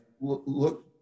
look